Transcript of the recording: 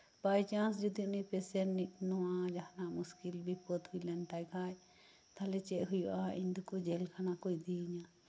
by chance ᱡᱩᱫᱤ ᱩᱱᱤ patient ᱱᱚᱶᱟ ᱡᱟᱦᱟᱸᱱᱟᱜ ᱢᱩᱥᱠᱤᱞ ᱵᱤᱯᱚᱫ ᱦᱩᱭ ᱞᱮᱱᱛᱟᱭ ᱠᱷᱟᱱ ᱛᱟᱦᱞᱮ ᱪᱮᱫ ᱦᱩᱭᱩᱜᱼᱟ ᱤᱧ ᱫᱚᱠᱚ ᱡᱮᱞ ᱠᱷᱟᱱᱟ ᱠᱚ ᱤᱫᱤᱧᱟ